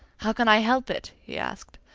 how can i help it? he asked.